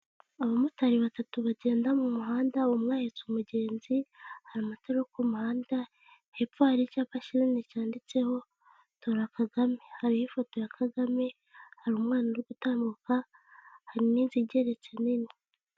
Abamotari batatu bagenda mu muhanda umwe ahetse umugenzi, hari amatararu ku muhanda, hepfo hari icyapa kinini cyanditseho tora KAGAME. Hariho ifoto ya KAGAME hari umwanara gutambuka, hari n'inzu igeretse nini.